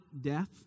death